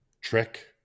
trick